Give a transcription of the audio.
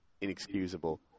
inexcusable